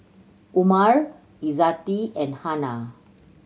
Umar Izzati and Hana